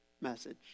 message